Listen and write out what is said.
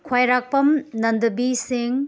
ꯈ꯭ꯋꯥꯏꯔꯥꯛꯄꯝ ꯅꯟꯗꯕꯤ ꯁꯤꯡ